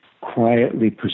quietly